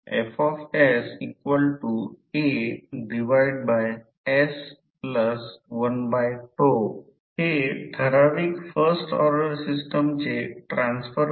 तर हा मीन फ्लक्स पाथ आहे आणि तेथे काही लीकेज होईल म्हणून ही लाईन देखील काही लीकेज फ्लक्स पाथ आहे